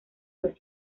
los